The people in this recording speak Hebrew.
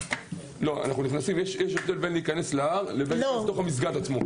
יש הבדל בין להיכנס להר לבין להיכנס לתוך המסגד עצמו.